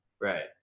Right